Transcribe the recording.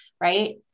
right